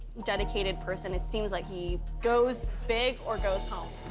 dedicated person. it seems like he goes big or goes home.